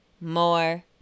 more